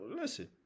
Listen